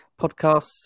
podcasts